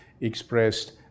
expressed